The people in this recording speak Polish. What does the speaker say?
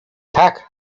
tak